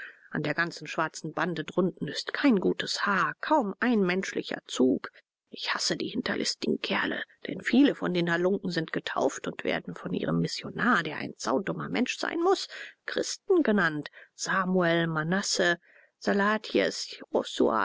an der ganzen schwarzen bande drunten ist kein gutes haar kaum ein menschlicher zug ich hasse die hinterlistigen kerle denn viele von den halunken sind getauft und werden von ihrem missionar der ein saudummer mensch sein muß christen genannt samuel manasse salatiel